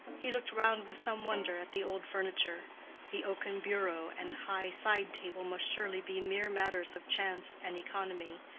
he looked round with some wonder at the old furniture the oaken bureau and high side-table must surely be mere matters of chance and economy,